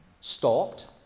stopped